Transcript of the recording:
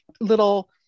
little